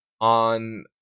on